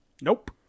Nope